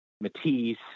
Matisse